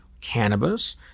cannabis